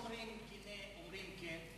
לא אומרים כנה, אומרים כן.